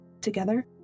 Together